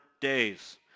days